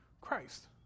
Christ